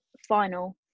final